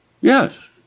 Yes